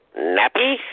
Nappy